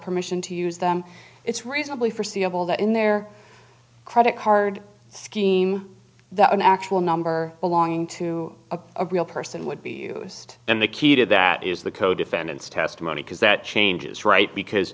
permission to use them it's reasonably forseeable that in their credit card scheme that an actual number belonging to a real person would be used then the key to that is the co defendants testimony because that changes right because